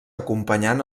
acompanyant